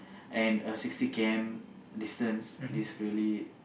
and a sixty K_M distance it is really